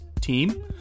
team